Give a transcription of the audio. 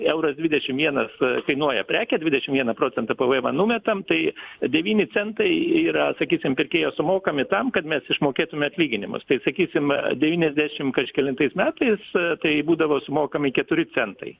euras dvidiašimtm vienas kainuoja prekė dvidešimt vieną procentą pvemo numetam tai devyni centai yra sakysim pirkėjo sumokami tam kad mes išmokėtume atlyginimus tai sakysime devyniasdešimt kažkelintais metais tai būdavo sumokami keturi centai